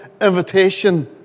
invitation